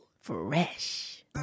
Fresh